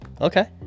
okay